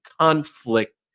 conflict